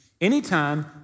Anytime